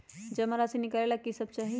जमा राशि नकालेला कि सब चाहि?